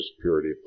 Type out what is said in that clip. purity